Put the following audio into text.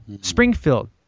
Springfield